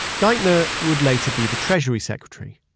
geithner would later be the treasury secretary.